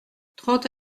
trente